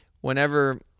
whenever